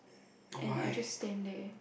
and I just stand there